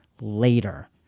later